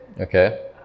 Okay